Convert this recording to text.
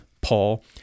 Paul